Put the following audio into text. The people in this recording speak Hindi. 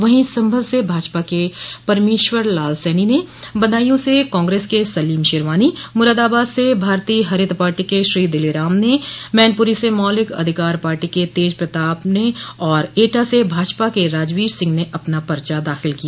वहीं संभल से भाजपा प्रत्याशी परमेश्वर लाल सैनी ने बदायूं से कांग्रेस के सलीम शेरवानी ने मुरादाबाद से भारतीय हरित पार्टी के श्री दिलेराम ने मैनपुरी से मौलिक अधिकार पार्टी के तेजप्रताप ने और एटा से भाजपा के राजवीर सिंह ने अपना पर्चा दाखिल किया